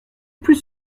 plus